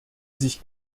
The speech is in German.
sich